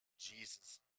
Jesus